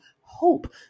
hope